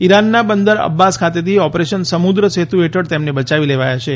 ઇરાનના Bandar Abbas ખાતેથી operation Samudra Setu હેઠળ તેમને બયાવી લવાયા છે